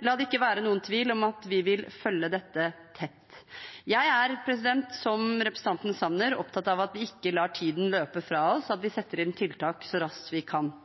la det ikke være noen tvil om at vi vil følge dette tett. Jeg er, som representanten Sanner, opptatt av at vi ikke lar tiden løpe fra oss, at vi setter inn tiltak så raskt vi kan, og jeg vet at